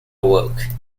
awoke